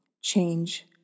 Change